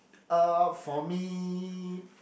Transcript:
uh for me